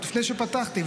לפני שפתחתי,